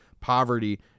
poverty